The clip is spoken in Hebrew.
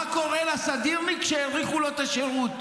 מה קורה לסדירניק שהאריכו לו את השירות?